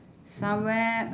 somewhere